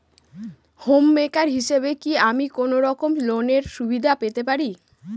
Home maker হিসেবে কি আমি কোনো রকম লোনের সুবিধা পেতে পারি?